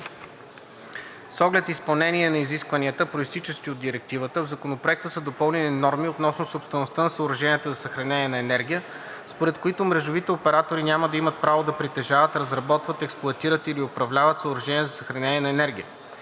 С оглед изпълнение на изискванията, произтичащи от Директивата, в Законопроекта са допълнени норми относно собствеността на съоръженията за съхранение на енергия, според които мрежовите оператори няма да имат право да притежават, разработват, експлоатират или управляват съоръжения за съхранение на енергия.